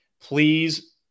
Please